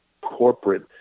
corporate